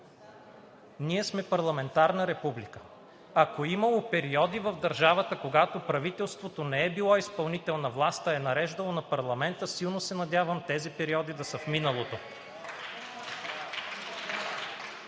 Ние сме парламентарна република. Ако е имало периоди в държавата, когато правителството не е било изпълнителна власт, а е нареждало на парламента, силно се надявам тези периоди да са в миналото.